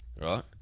right